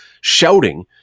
shouting